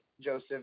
Joseph